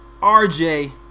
RJ